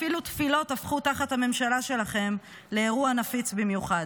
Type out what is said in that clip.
אפילו תפילות הפכו תחת הממשלה שלכם לאירוע נפיץ במיוחד.